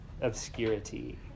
Obscurity